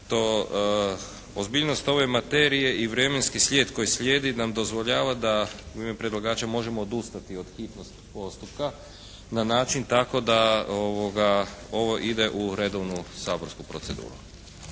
To ozbiljnost ove materije i vremenski slijed koji slijedi nam dozvoljava da u ime predlagača možemo odustati od hitnosti postupka na način tako da ovo ide u redovnu saborsku proceduru.